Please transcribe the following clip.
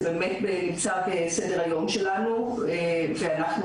זה באמת נמצא על סדר היום שלנו ואנחנו פועלים על מנת.